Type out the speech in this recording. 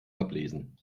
ablesen